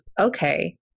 okay